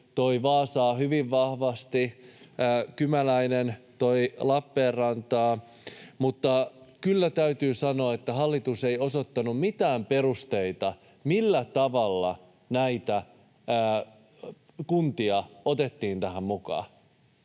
Vaasaa hyvin vahvasti, ja Kymäläinen toi Lappeenrantaa — kyllä täytyy sanoa, että hallitus ei osoittanut mitään perusteita, millä tavalla näitä kuntia otettiin tähän mukaan.